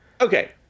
Okay